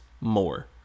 more